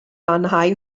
lanhau